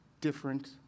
different